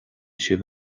sibh